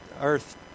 earth